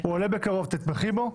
הוא עולה בקרוב, תתמכי בו?